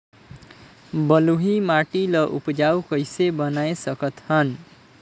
बलुही माटी ल उपजाऊ कइसे बनाय सकत हन?